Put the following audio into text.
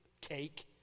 cake